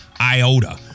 iota